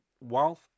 wealth